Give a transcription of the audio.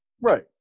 Right